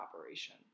operation